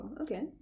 okay